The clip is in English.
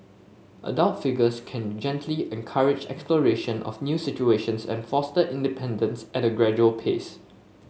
adult figures can gently encourage exploration of new situations and foster independence at a gradual pace